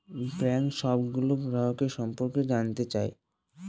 bank সবগুলো গ্রাহকের সম্পর্কে জানতে চায়